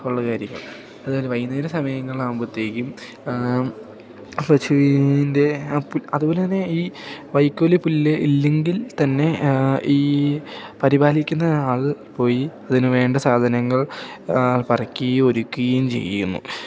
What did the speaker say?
ഉള്ള കാര്യങ്ങൾ അതുപോലെ വൈകുന്നേര സമയങ്ങളാവുമ്പോഴത്തേക്കും പശുവിൻ്റെ അതുപോലെ തന്നെ ഈ വൈക്കോല് പുല്ല് ഇല്ലെങ്കിൽ തന്നെ ഈ പരിപാലിക്കുന്ന ആൾ പോയി അതിനു വേണ്ട സാധനങ്ങൾ പറിക്കുകയും ഒരുക്കുകയും ചെയ്യുന്നു